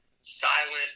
silent